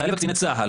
חיילי וקציני צה"ל.